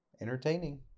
Entertaining